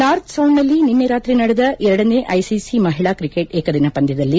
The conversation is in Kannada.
ನಾರ್ತ್ ಸೌಂಡ್ನಲ್ಲಿ ನಿನ್ನೆ ರಾತ್ರಿ ನಡೆದ ಎರಡನೇ ಐಸಿಸಿ ಮಹಿಳಾ ಕ್ರಿಕೆಟ್ ಏಕದಿನ ಪಂದ್ಯದಲ್ಲಿ